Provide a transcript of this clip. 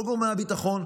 כל גורמי הביטחון,